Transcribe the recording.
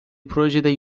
projede